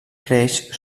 creix